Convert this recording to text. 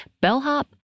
bellhop